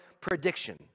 prediction